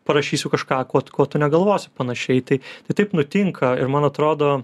parašysiu kažką kot ko tu negalvosi panašiai tai tai taip nutinka ir man atrodo